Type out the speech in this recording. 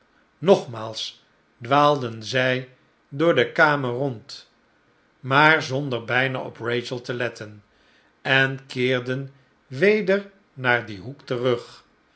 nogmaals dwaalden zij door de kamer rond maar zonder bijna op rachel te letten en keerden weder naar dien hoek terug